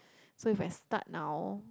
so if I start now